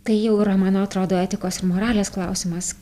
tai jau yra man atrodo etikos ir moralės klausimas